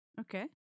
Okay